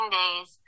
days